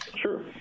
Sure